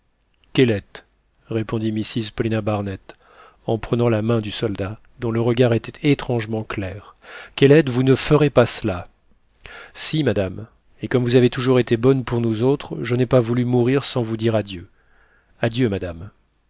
kellet répondit mrs paulina barnett en prenant la main du soldat dont le regard était étrangement clair kellet vous ne ferez pas cela si madame et comme vous avez toujours été bonne pour nous autres je n'ai pas voulu mourir sans vous dire adieu adieu madame